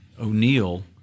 O'Neill